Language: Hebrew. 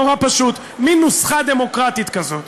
נורא פשוט, מין נוסחה דמוקרטית כזאת.